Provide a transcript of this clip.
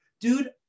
dude